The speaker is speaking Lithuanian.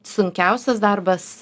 sunkiausias darbas